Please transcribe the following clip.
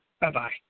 Bye-bye